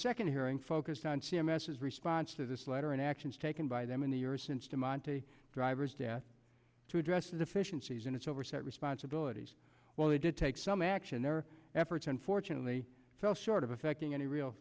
second hearing focused on c m s is response to this letter and actions taken by them in the years since to monte driver's death to address the deficiencies in its oversight responsibilities well they did take some action their efforts unfortunately fell short of affecting any real